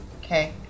Okay